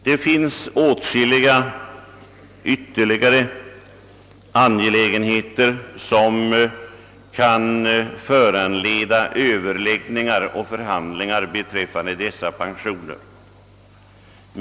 Det finns åtskilliga andra angelägenheter som kan föranleda överläggningar och förhandlingar beträffande dessa pensioner.